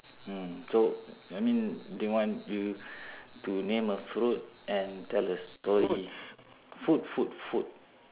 mm so I mean they want you to name a fruit and tell a story food food food